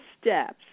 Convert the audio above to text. steps